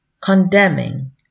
condemning